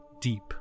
deep